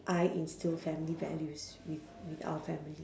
I instil family values with with our family